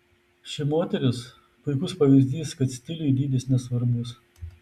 ši moteris puikus pavyzdys kad stiliui dydis nesvarbus